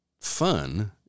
fun